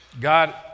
God